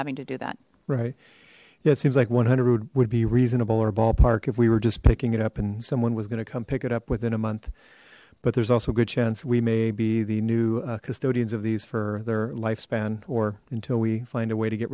having to do that right yeah it seems like one hundred would be reasonable or a ballpark if we were just picking it up and someone was gonna come pick it up within a month but there's also a good chance we may be the new custodians of these for their lifespan or until we find a way to get